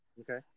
Okay